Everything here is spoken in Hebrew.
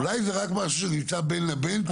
אולי זה רק משהו שנמצא בין לבין.